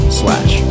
slash